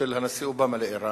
של הנשיא אובמה לאירן.